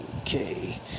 Okay